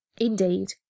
indeed